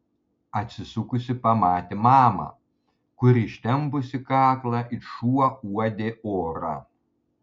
atsisukusi pamatė mamą kuri ištempusi kaklą it šuo uodė orą